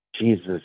Jesus